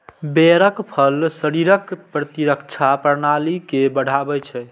बेरक फल शरीरक प्रतिरक्षा प्रणाली के बढ़ाबै छै